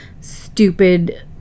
stupid